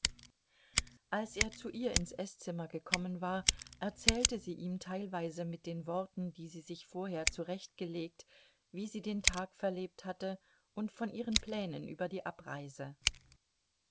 als er zu ihr ins eßzimmer gekommen war erzählte sie ihm teilweise mit den worten die sie sich vorher zurechtgelegt wie sie den tag verlebt hatte und von ihren plänen über die abreise